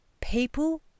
people